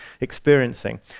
experiencing